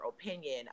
opinion